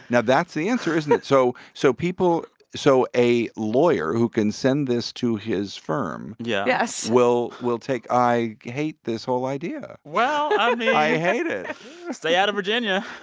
yeah that's the answer, isn't it? so so people so a lawyer who can send this to his firm. yeah yes. will will take i hate this whole idea well, i mean. i hate it stay out of virginia